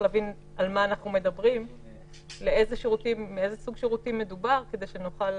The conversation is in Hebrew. להבין באיזה סוג שירותים מדובר כדי שנוכל